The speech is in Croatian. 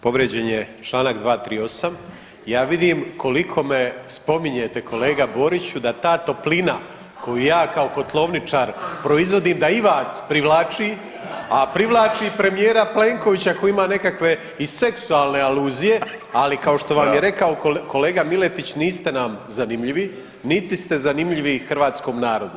Povrijeđen je Članak 238., ja vidim koliko me spominjete kolega Boriću da ta toplina koju ja kao kotlovničar proizvodim da i vas privlači, a privlači i premijera Plenkovića koji ima nekakve i seksualne aluzije, ali kao što vam je rekao kolega Miletić, niste nam zanimljivi, niti ste zanimljivi hrvatskom narodu.